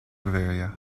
bavaria